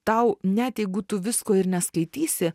tau net jeigu tu visko ir neskaitysi